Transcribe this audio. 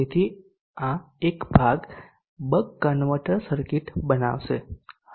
તેથી આ એક ભાગ બક કન્વર્ટર સર્કિટ બનાવશે